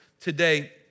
today